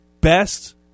best